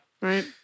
Right